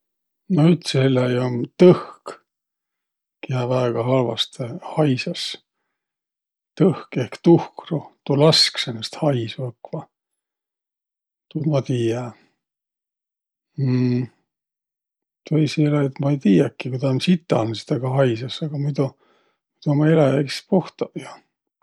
No üts elläi um tõhk, kiä väega halvastõ haisas. Tõhk ehk tuhkru, tuu lask säänest haisu õkva. Tuud ma tiiä. Tõisi eläjit ma ei tiiäki. Ku tä um sitanõ sis tä ka haisas, aga muido ummaq eläjäq iks puhtaq jo.